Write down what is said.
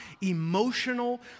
emotional